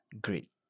great